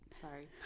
Sorry